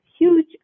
huge